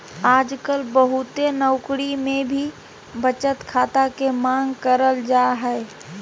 आजकल बहुते नौकरी मे भी बचत खाता के मांग करल जा हय